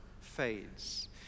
fades